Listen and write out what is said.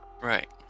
Right